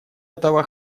этого